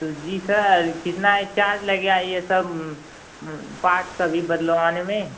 तो जी सर कितना ए चार्ज लगेगा यह सब पार्ट्स सभी बदलवाने में